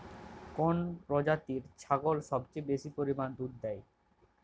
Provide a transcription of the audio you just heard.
কোন প্রজাতির ছাগল সবচেয়ে বেশি পরিমাণ দুধ দেয়?